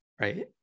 right